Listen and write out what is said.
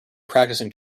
practicing